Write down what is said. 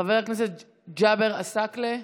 חבר הכנסת ג'אבר עסאקלה.